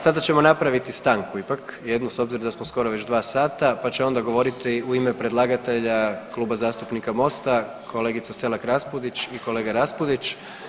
Sada ćemo napraviti stanku ipak jednu s obzirom da smo skoro već 2 sata pa će onda govoriti u ime predlagatelja Kluba zastupnika Mosta kolegica Selak Raspudić i kolega Raspudić.